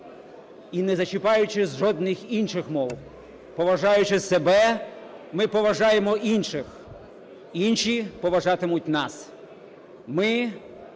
і, не зачіпаючи жодних інших мов, поважаючи себе, ми поважаємо інших, інші поважатимуть нас.